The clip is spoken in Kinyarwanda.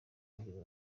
yigeze